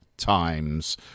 times